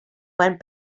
went